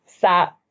sat